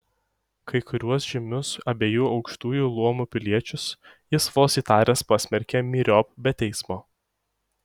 kai kuriuos žymius abiejų aukštųjų luomų piliečius jis vos įtaręs pasmerkė myriop be teismo